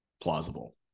plausible